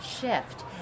shift